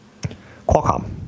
Qualcomm